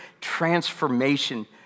transformation